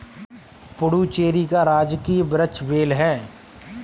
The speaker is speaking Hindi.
पुडुचेरी का राजकीय वृक्ष बेल है